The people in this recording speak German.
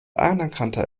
anerkannte